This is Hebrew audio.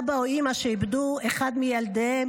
אבא או אימא שאיבדו אחד מילדיהם,